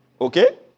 Okay